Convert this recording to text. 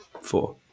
four